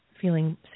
feeling